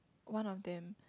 one of them